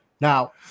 Now